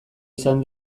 izan